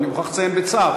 אני מוכרח לציין בצער.